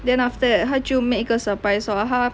then after that 他就 make 一个 surprise lor 他